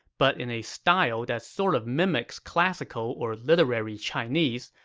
but in a style that sort of mimics classical or literary chinese,